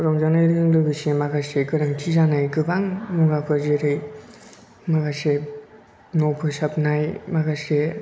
रंजानायजों लोगोसे माखासे गोनांथि जानाय गोबां मुवाफोर जेरै माखासे न' फोसाबनाय माखासे